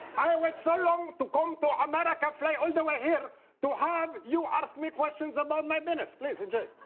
i waited so long to come to america, fly all the way here to have you ask me questions about my penis. please. and yeah